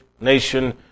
nation